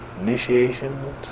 Initiation